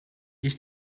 ich